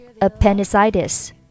appendicitis